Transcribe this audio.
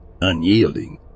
unyielding